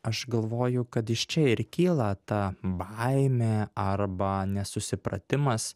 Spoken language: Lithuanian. aš galvoju kad iš čia ir kyla ta baimė arba nesusipratimas